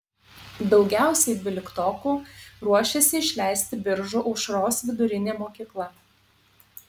daugiausiai dvyliktokų ruošiasi išleisti biržų aušros vidurinė mokykla